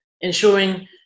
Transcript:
ensuring